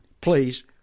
Please